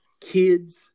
kids –